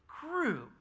group